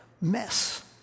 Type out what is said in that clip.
mess